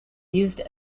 used